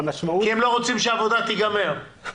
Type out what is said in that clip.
הם לא רוצים שהעבודה תיגמר.